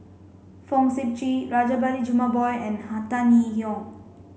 Fong Sip Chee Rajabali Jumabhoy and Tan Yee Hong